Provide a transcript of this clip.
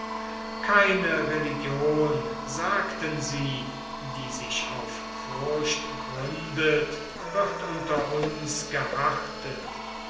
keine religion sagten sie die sich auf furcht gründet wird unter uns geachtet